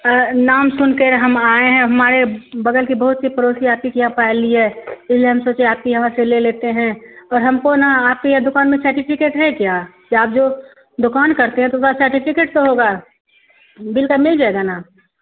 नाम सुन के हम आए हैं हमारे बगल की बहुत सी पड़ोसी आप ही के यहाँ ली है तो ही हम सोचे आपकी यहाँ से ले लेते हैं और हमको ना आपकी ये दुकान में सर्टिफिकेट है क्या क्या आप जो दोकान करते हैं तो उसका सर्टिफिकेट तो होगा बिल सब मिल जाएगा ना